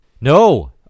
No